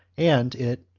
and it,